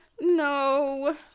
No